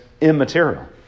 immaterial